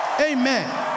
Amen